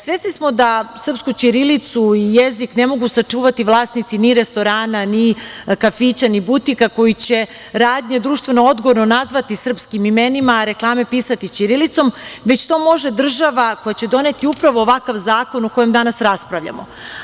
Svesni smo da srpsku ćirilicu i jezik ne mogu sačuvati vlasnici ni restorana, ni kafića, ni butika, koji će radnje društveno-odgovorno nazvati srpskim imenima, a reklame pisati ćirilicom, već to može država koja će doneti upravo ovakav zakon o kojem danas raspravljamo.